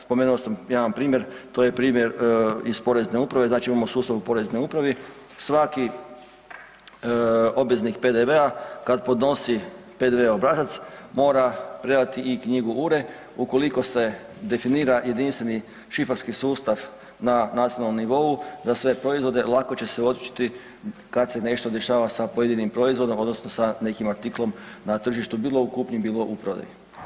Spomenuo sam jedan primjer, to je primjer iz Porezne uprave, znači imamo sustav u Poreznoj upravi, svaki obveznik PDV-a kad podnosi PDV obrazac mora predati i knjigu …/nerazumljivo/… ukoliko se definira jedinstveni šifrarski sustav na naslovnom nivou za sve proizvode lako će se uočiti kad se nešto dešava sa pojedinim proizvodom odnosno sa nekim artiklom na tržištu bilo u kupnji, bilo u prodaji.